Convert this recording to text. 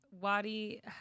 Wadi